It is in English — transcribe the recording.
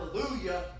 hallelujah